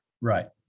Right